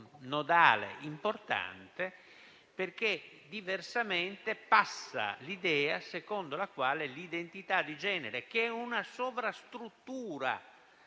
nodale importante, perché diversamente passa l'idea secondo la quale l'identità di genere, che è una sovrastruttura